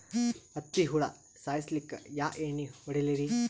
ಹತ್ತಿ ಹುಳ ಸಾಯ್ಸಲ್ಲಿಕ್ಕಿ ಯಾ ಎಣ್ಣಿ ಹೊಡಿಲಿರಿ?